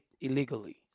illegally